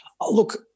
look